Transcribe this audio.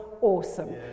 awesome